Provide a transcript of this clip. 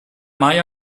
mai